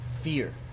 fear